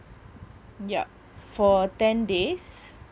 yup for ten days